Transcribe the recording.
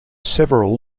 several